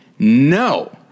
No